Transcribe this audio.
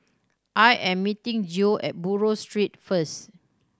I am meeting Geo at Buroh Street first